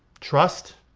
trust,